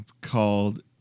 called